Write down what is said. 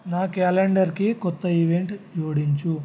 నా క్యాలెండర్కి క్రొత్త ఈవెంట్ జోడించుము